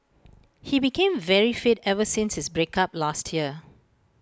he became very fit ever since his break up last year